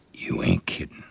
you think